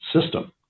system